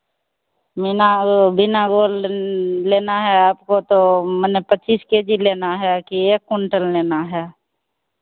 बिना बीना गोल्ड लेना है आपको तो मतलब पच्चीस के जी लेना है कि एक कुंटल लेना है